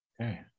Okay